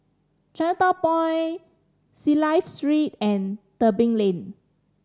Chinatown Point Clive Street and Tebing Lane